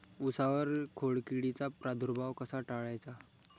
उसावर खोडकिडीचा प्रादुर्भाव कसा टाळायचा?